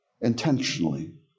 intentionally